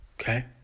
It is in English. Okay